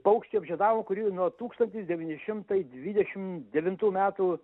paukštį apžiedavom kurį nuo tūkstantis devyni šimtai dvidešim devintų metų